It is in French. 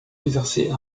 exercer